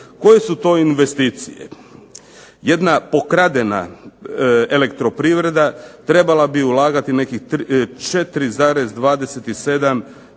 Koje su to investicije? Jedna pokradena Elektroprivreda trebala bi ulagati nekih 4,27,